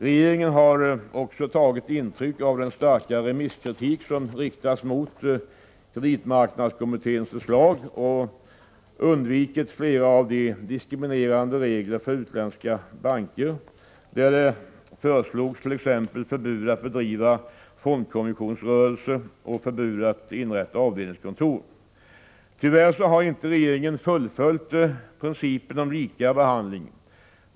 Regeringen har också tagit intryck av den starka remisskritik som riktats mot kreditmarknadskommitténs förslag och undvikit flera av de diskriminerande regler för utländska banker som där föreslogs, t.ex. förbud att bedriva fondkommissionsrörelse och förbud att inrätta avdelningskontor. Tyvärr har regeringen inte fullföljt principen om lika behandling.